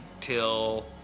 till